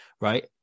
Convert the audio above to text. Right